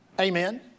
amen